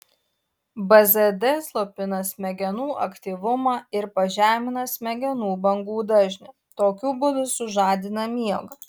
bzd slopina smegenų aktyvumą ir pažemina smegenų bangų dažnį tokiu būdu sužadina miegą